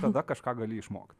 tada kažką gali išmokt